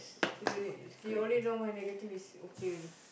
you don't need you only my negatives is okay already